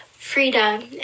freedom